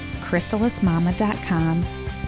chrysalismama.com